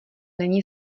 není